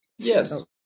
Yes